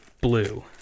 blue